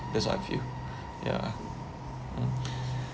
that's what I feel ya mm